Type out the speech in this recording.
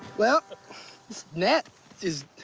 well, this net is